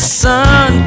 sun